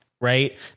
right